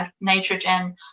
nitrogen